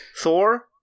Thor